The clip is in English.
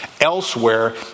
elsewhere